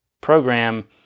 program